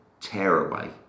tearaway